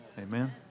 Amen